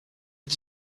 but